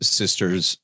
sisters